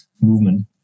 movement